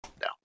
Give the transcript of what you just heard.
no